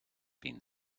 been